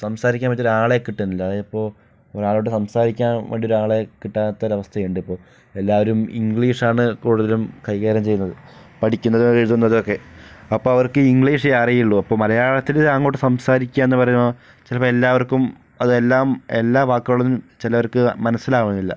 സംസാരിക്കാൻ പറ്റിയ ഒരാളെ കിട്ടുന്നില്ല അത് ഇപ്പോൾ ഒരാളോട് സംസാരിക്കാൻ വേണ്ടിയൊരു ആളെ കിട്ടാത്ത ഒരു അവസ്ഥയുണ്ട് ഇപ്പോൾ എല്ലാരും ഇംഗ്ലീഷാണ് കൂടുതലും കൈകാര്യം ചെയ്യുന്നത് പഠിക്കുന്നതും എഴുതുന്നതുമൊക്കെ അപ്പൊൾ അവർക്ക് ഇംഗ്ലീഷേ അറിയുള്ളു മലയാളത്തിൽ അങ്ങോട്ട് സംസാരിക്കുക എന്ന് പറയുമ്പോൾ ചിലപ്പോ എല്ലാവർക്കും അത് എല്ലാം എല്ലാ വാക്കുകളും ചിലർക്ക് മനസിലാകുന്നില്ല